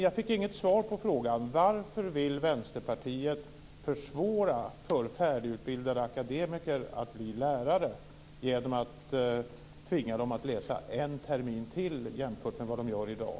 Jag fick inget svar på frågan om varför Vänsterpartiet vill försvåra för färdigutbildade akademiker att bli lärare genom att tvinga dem att läsa en termin till jämfört med vad de gör i dag.